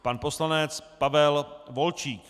Pan poslanec Pavel Volčík.